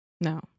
No